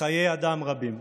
חיי אדם רבים.